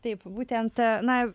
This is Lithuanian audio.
taip būtent na